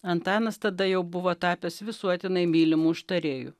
antanas tada jau buvo tapęs visuotinai mylimu užtarėju